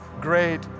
great